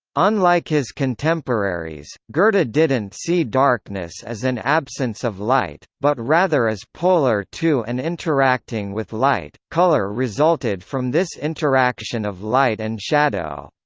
unlike his contemporaries, goethe but didn't see darkness as an absence of light, but rather as polar to and interacting with light colour resulted from this interaction of light and shadow.